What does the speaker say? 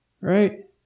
Right